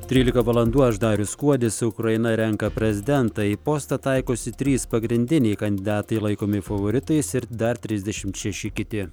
trylika valandų aš darius kuodis ukraina renka prezidentą į postą taikosi trys pagrindiniai kandidatai laikomi favoritais ir dar trisdešimt šeši kiti